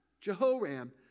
Jehoram